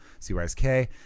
CYSK